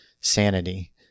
sanity